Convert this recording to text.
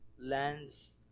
lands